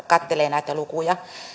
katselee näitä lukuja